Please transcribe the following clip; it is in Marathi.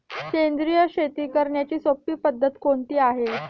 सेंद्रिय शेती करण्याची सोपी पद्धत कोणती आहे का?